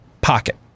pocket